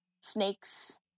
snakes